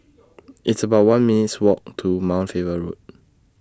It's about one minutes' Walk to Mount Faber Road